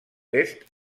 est